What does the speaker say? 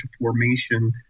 formation